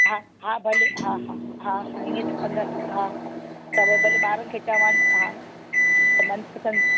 हा हा भले हा हा हा ईअं त कंदासीं हा त पोइ भले ॿारनि खे चवां हा त मनपसंदि